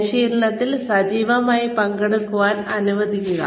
പരിശീലനത്തിൽ സജീവമായി പങ്കെടുക്കാൻ അനുവദിക്കുക